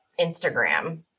Instagram